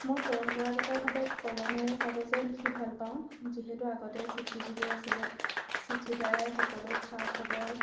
মই পৰম্পৰাগতভাৱে কলমেৰে কাগজেৰে লিখি ভালপাওঁ যিহেতু আগতে চিঠিৰ যুগেই আছিলে চিঠিৰ দ্বাৰায়ে সকলো খা খবৰ